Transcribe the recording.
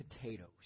potatoes